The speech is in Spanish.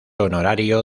honorario